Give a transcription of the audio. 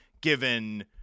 given